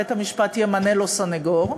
בית-המשפט ימנה לו סנגור.